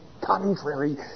contrary